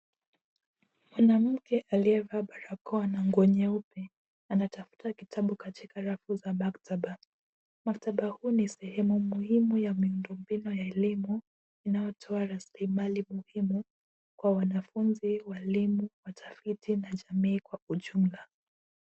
Mwanamke aliyevaa barakoa na nguo nyeupe, anatafuta kitabu katika rafu za maktaba. Maktaba huu ni sehemu muhimu ya miundombinu ya elimu inayotoa rasilimali muhimu kwa wanafunzi, walimu, watafiti na jamii kwa ujumla.a